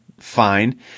fine